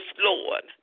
Lord